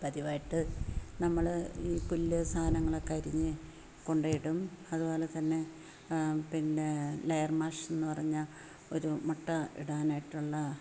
പതിവായിട്ടു നമ്മൾ ഈ പുല്ല് സാധനങ്ങളൊക്കെ അരിഞ്ഞു കൊണ്ടു പോയിട്ടും അതുപോലെതന്നെ പിന്നെ ലെയര് മാഷെന്നു പറഞ്ഞാൽ ഒരു മുട്ട ഇടാനായിട്ടുള്ള